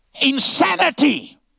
Insanity